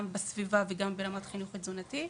גם ברמת הסביבה וגם ברמת החינוך התזונתי.